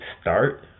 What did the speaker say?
start